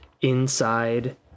inside